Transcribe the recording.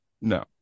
No